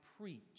preach